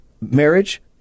Marriage